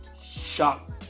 shock